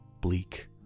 bleak